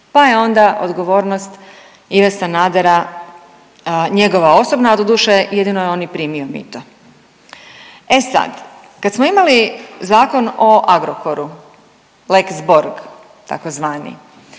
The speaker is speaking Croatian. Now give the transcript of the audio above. Pa je onda odgovornost Ive Sanadera njegova osobna, doduše jedino je on i primio mito. E sad, kad smo imali Zakon o Agrokoru, lex Borg tzv.